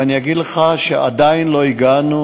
ואני אגיד לך שעדיין לא הגענו,